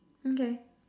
okay